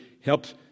helps